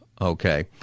Okay